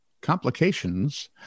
Complications